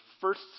first